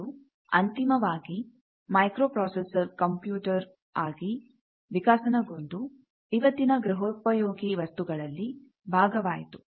ಮತ್ತು ಅಂತಿಮವಾಗಿ microprocessor computer ಆಗಿ ವಿಕಸನಗೊಂಡು ಇವತ್ತಿನ ಗೃಹಪಯೋಗಿ ವಸ್ತುಗಳಲ್ಲಿ ಭಾಗವಾಯಿತು